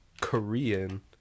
Korean